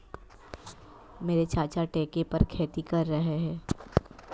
मेरे चाचा ठेके पर खेती कर रहे हैं